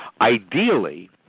Ideally